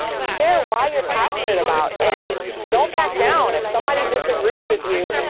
share why you're passionate about and don't back down. if somebody disagrees with you,